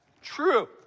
True